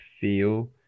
feel